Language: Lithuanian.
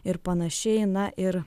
ir panašiai na ir